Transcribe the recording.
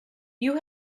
you